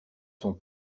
son